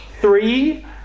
Three